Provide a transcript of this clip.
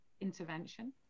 intervention